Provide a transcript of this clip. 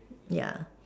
ya